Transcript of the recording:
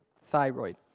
thyroid